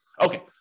okay